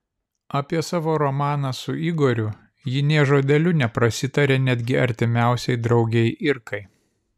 apie savo romaną su igoriu ji nė žodeliu neprasitarė netgi artimiausiai draugei irkai